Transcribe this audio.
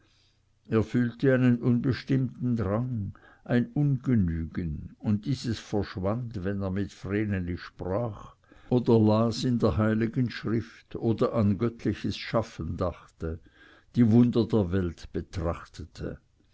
er fühlte einen unbestimmten drang ein ungenügen und dieses verschwand wenn er mit vreneli sprach oder las in der heiligen schrift oder an göttliches schaffen dachte die wunder der welt betrachtete